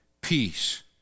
peace